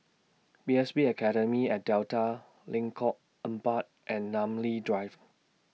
P S B Academy At Delta Lengkok Empat and Namly Drive